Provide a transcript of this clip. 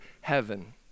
heaven